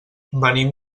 venim